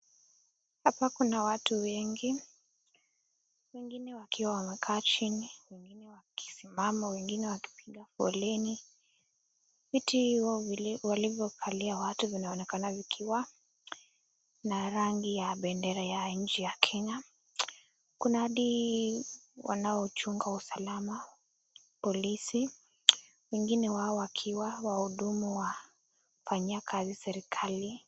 Hapa kuna watu wengi wengine wakiwa wamekaa chini, wengine wakisimama, wengine wakipiga foleni. Viti hivyo walivyokalia watu vinaonekana vikiwa na rangi ya bendera ya nchi ya Kenya. Kuna hadi wanaochunga usalama, polisi wengine wao wakiwa wahudumu wa kufanyia kazi serekali.